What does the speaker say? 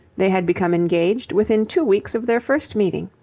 they had become engaged within two weeks of their first meeting.